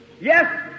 yes